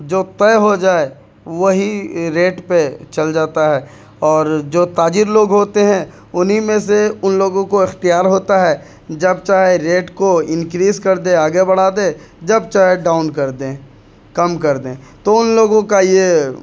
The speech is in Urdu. جو طے ہو جائے وہی ریٹ پہ چل جاتا ہے اور جو تاجر لوگ ہوتے ہیں انہیں میں سے ان لوگوں کو اختیار ہوتا ہے جب چاہے ریٹ کو انکریز کر دے آگے بڑھا دے جب چاہے ڈاؤن کر دیں کم کر دیں تو ان لوگوں کا یہ